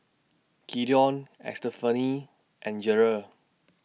Gideon Estefany and Gerard